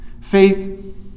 Faith